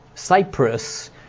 Cyprus